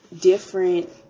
different